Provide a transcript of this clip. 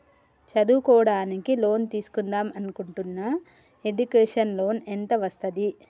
చదువుకోవడానికి లోన్ తీస్కుందాం అనుకుంటున్నా ఎడ్యుకేషన్ లోన్ ఎంత వస్తది?